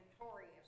notorious